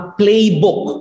playbook